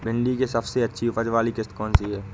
भिंडी की सबसे अच्छी उपज वाली किश्त कौन सी है?